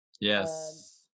Yes